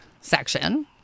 section